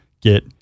get